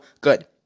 good